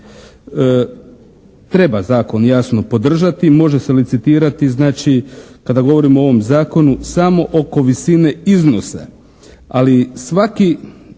Treba zakon jasno podržati. Može se licitirati znači kada govorimo o ovom zakonu samo oko visine iznosa, ali svaki